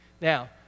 now